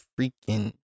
freaking